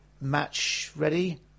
match-ready